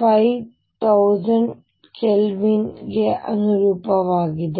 50000 kelvin ಗೆ ಅನುರೂಪವಾಗಿದೆ